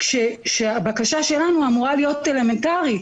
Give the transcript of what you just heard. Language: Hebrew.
כאשר הבקשה שלנו אמורה להיות אלמנטרית,